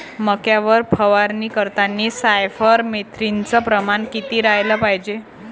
मक्यावर फवारनी करतांनी सायफर मेथ्रीनचं प्रमान किती रायलं पायजे?